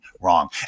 wrong